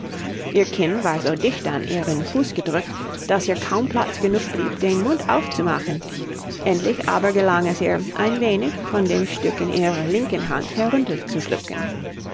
ihr kinn war so dicht an ihren fuß gedrückt daß ihr kaum platz genug blieb den mund aufzumachen endlich aber gelang es ihr ein wenig von dem stück in ihrer linken hand herunter zu schlucken